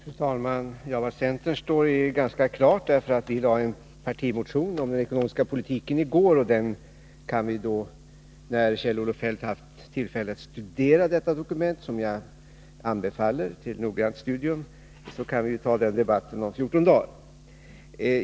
Fru talman! Var centern står är ganska klart. Vi lade ju i går fram en partimotion om den ekonomiska politiken, och när Kjell-Olof Feldt har haft tillfälle att studera detta dokument — som jag anbefaller till noggrant studium — kan vi ta debatten om 14 dagar.